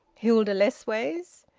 hilda lessways?